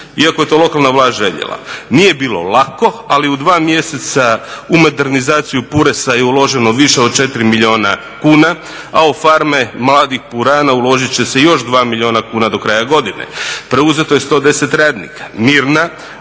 iako je to lokalna vlast željela. Nije bilo lako, ali u dva mjeseca u modernizaciju Purisa je uloženo više od 4 milijuna kuna, a u farme mladih purana uložit će se još 2 milijuna kuna do kraja godine. Preuzeto je 110 radnika. Mirna,